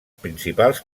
principals